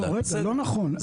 לא, אני לא מרשה.